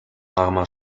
armer